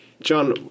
John